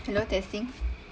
hello testing